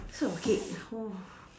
so okay